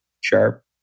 Sharp